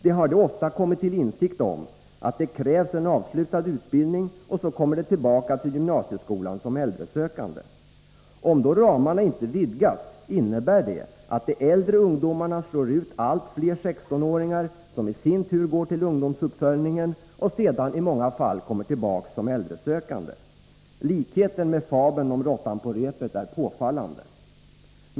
De har då ofta kommit till insikt om att det krävs en avslutad utbildning, och så kommer de tillbaka till gymnasieskolan som äldresökande. Om då ramarna inte vidgas, innebär det att de äldre ungdomarna slår ut allt fler 16-åringar, som i sin tur går till ungdomsuppföljningen och sedan i många fall kommer tillbaka som äldresökande. Likheten med fabeln om råttan på repet är påfallande.